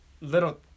little